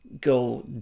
go